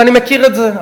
ואני מכיר את זה,